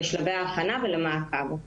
לשלבי ההכנה ולמעקב.